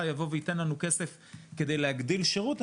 יבוא וייתן לנו כסף כדי להגדיל שירות,